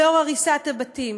לנוכח הריסת הבתים,